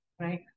Right